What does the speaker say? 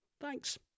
thanks